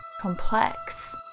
complex